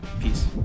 peace